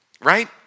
right